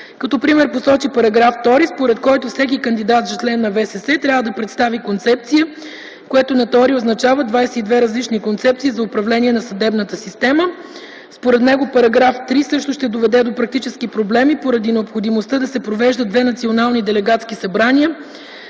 Като пример посочи § 2, според който всеки кандидат за член на ВСС трябва да представи концепция, което на теория означава 22 различни концепции за управление на съдебната система. Според него § 3 също ще доведе до практически проблеми поради необходимостта да се провеждат две национални делегатски събрания